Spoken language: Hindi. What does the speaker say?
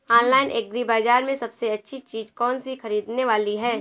ऑनलाइन एग्री बाजार में सबसे अच्छी चीज कौन सी ख़रीदने वाली है?